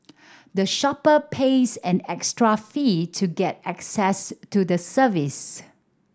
the shopper pays an extra fee to get access to the service